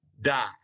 die